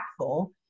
impactful